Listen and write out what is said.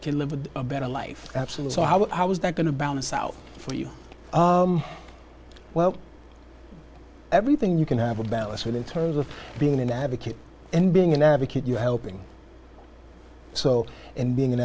can live a better life absolute so how is that going to balance out for you well everything you can have a balance with in terms of being an advocate and being an advocate you helping so and being an